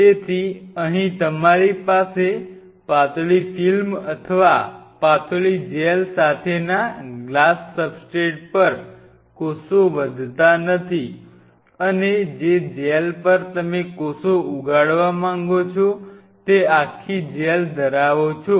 તેથી અહીં તમારી પાસે પાતળી ફિલ્મ અથવા પાતળી જેલ સાથેના ગ્લાસ સબસ્ટ્રેટ પર કોષો વધતા નથી અને જે જેલ પર તમે કોષો ઉગાડવા માંગો છો તે આખી જેલ ધરાવો છો